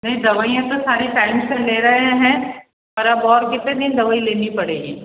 नहीं दवाईयाँ तो सारी टाइम से ले रहे हैं और अब और कितने दिन दवाई लेनी पड़ेगी